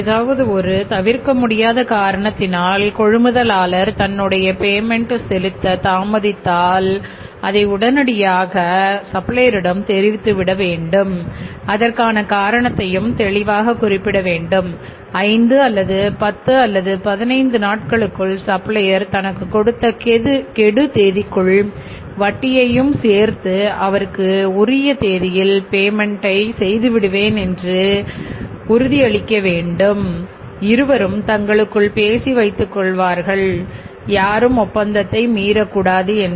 ஏதாவது ஒரு தவிர்க்க முடியாத காரணத்தினால் கொழுமுதலாளர் தன்னுடைய பேமென்ட் செய்து விடுவேன் என்று உறுதி செய்து கொள்ள வேண்டும் இருவரும் தங்களுக்குள் பேசி வைத்துக் கொள்வார்கள் யாரும் ஒப்பந்தத்தை மீறக்கூடாது என்று